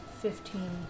Fifteen